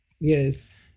Yes